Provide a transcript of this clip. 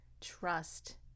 trust